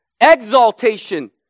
exaltation